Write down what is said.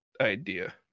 idea